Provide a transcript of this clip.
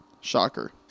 Shocker